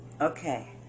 Okay